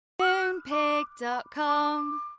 Moonpig.com